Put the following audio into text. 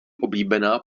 oblíbená